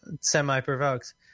semi-provoked